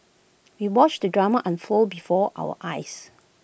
we watched the drama unfold before our eyes